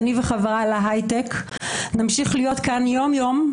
אני וחבריי להיי-טק נמשיך להיות כאן יום יום,